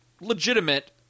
legitimate